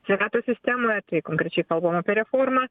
sveikatos sistemoje tai konkrečiai kalbam apie reformą